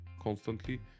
constantly